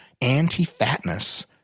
anti-fatness